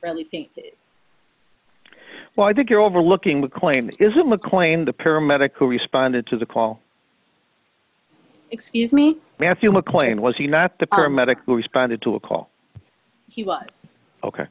really think well i think you're overlooking the claim isn't the claim the paramedic who responded to the call excuse me matthew mclean was he not the paramedic who responded to a call